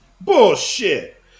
Bullshit